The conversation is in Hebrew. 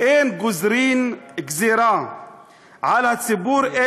אין גוזרין גזירה על הציבור,